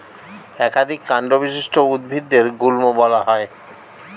একাধিক কান্ড বিশিষ্ট উদ্ভিদদের গুল্ম বলা হয়